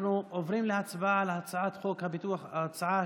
אנחנו עוברים להצבעה על ההצעה השנייה,